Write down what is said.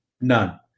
None